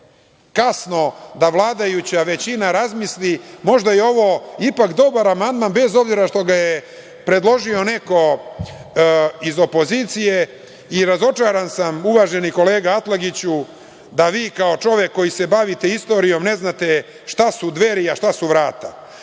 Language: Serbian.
kasno da vladajuća većina razmisli. Možda je ovo dobar amandman, bez obzira što ga je predložio neko iz opozicije. Razočaran sam, uvaženi kolega Atlagiću, da vi kao čovek koji se bavi istorijom ne znate šta su dveri, a šta su vrata.